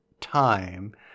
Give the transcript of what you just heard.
Time